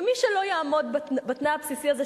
ומי שלא יעמוד בתנאי הבסיסי הזה,